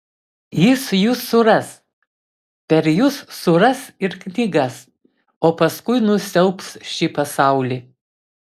jis jus suras per jus suras ir knygas o paskui nusiaubs šį pasaulį